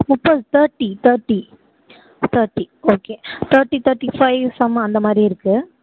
முப்பது thirty thirty thirty okay thirty thirty five some அந்த மாதிரி இருக்குது